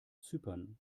zypern